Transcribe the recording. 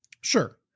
Sure